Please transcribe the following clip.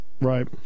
Right